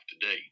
today